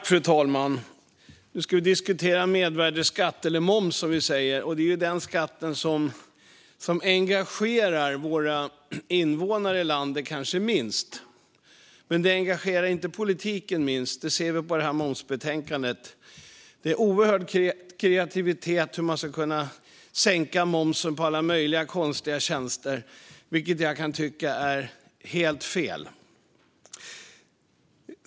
Fru talman! Nu ska vi diskutera mervärdesskatt, eller moms, som vi säger. Det kanske är den skatt som engagerar våra invånare här i landet minst. Men det engagerar inte politiken minst - det ser vi i det här momsbetänkandet. Det finns en oerhörd kreativitet när det gäller hur man ska kunna sänka momsen på alla möjliga konstiga tjänster, vilket jag kan tycka är helt fel.